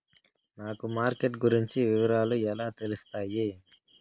నాకు మార్కెట్ గురించి వివరాలు ఎలా తెలుస్తాయి?